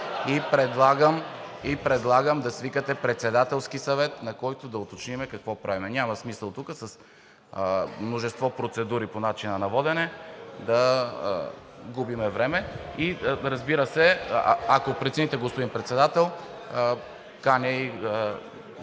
Предлагам да свикате и Председателски съвет, на който да уточним какво правим. Няма смисъл тук с множество процедури по начина на водене да губим време. Разбира се, ако прецените, господин Председател, каня и